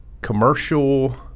commercial